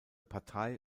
partei